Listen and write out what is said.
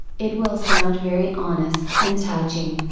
it will sound very honest and touching.